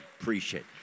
Appreciate